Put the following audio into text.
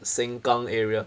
sengkang area